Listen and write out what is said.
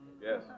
yes